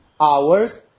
hours